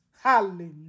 hallelujah